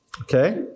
Okay